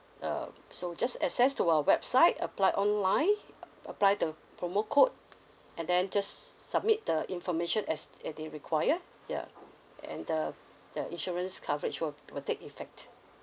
uh so just access to our website applied online apply the promo code and then just submit the information as uh they require ya and the the insurance coverage will will take effect